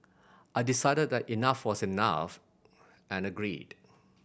I decided that enough was enough and agreed